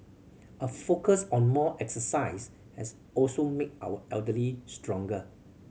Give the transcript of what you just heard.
a focus on more exercise has also made our elderly stronger